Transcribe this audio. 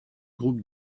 groupe